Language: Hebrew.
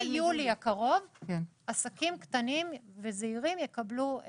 מיולי הקרוב עסקים קטנים וזעירים יקבלו התראה.